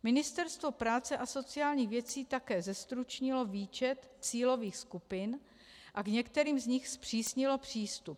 Ministerstvo práce a sociálních věcí také zestručnilo výčet cílových skupin a některým z nich zpřísnilo přístup.